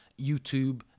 YouTube